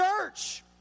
church